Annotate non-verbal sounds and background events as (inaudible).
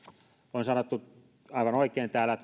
on sanottu aivan oikein täällä (unintelligible)